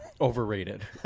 overrated